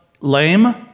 lame